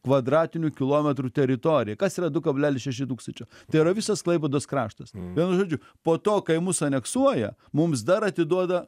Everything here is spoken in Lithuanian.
kvadratinių kilometrų teritoriją kas yra du kablelis šeši tūkstančio tai yra visas klaipėdos kraštas vienu žodžiu po to kai mus aneksuoja mums dar atiduoda